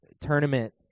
tournament